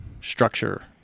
structure